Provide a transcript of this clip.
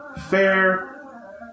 fair